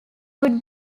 good